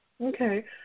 Okay